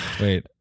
Wait